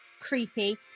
creepy